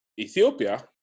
Ethiopia